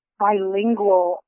bilingual